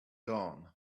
dawn